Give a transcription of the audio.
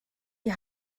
die